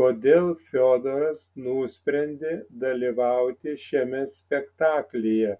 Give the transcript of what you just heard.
kodėl fiodoras nusprendė dalyvauti šiame spektaklyje